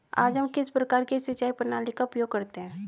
आज हम किस प्रकार की सिंचाई प्रणाली का उपयोग करते हैं?